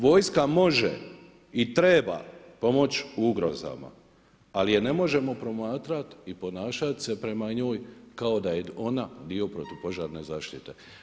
Vojska može i treba pomoči ugrozama ali je ne možemo promatrati i ponašat se prema njoj kao da je ona protupožarne zaštite.